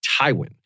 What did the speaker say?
Tywin